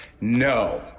no